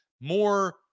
more